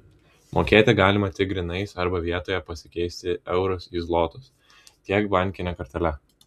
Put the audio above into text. mokėti galima tiek grynais arba vietoje pasikeisti eurus į zlotus tiek bankine kortele